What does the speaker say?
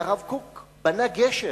והרב קוק בנה גשר